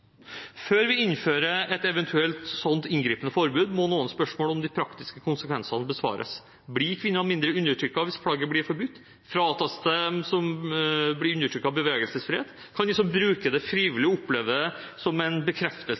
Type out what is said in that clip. Før vi innfører et eventuelt så inngripende forbud, må noen spørsmål om de praktiske konsekvensene besvares: Blir kvinner mindre undertrykket hvis plagget blir forbudt? Fratas de som blir undertrykket, bevegelsesfrihet? Kan de som bruker det frivillig, oppleve det som en bekreftelse